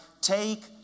Take